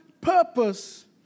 purpose